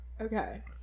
Okay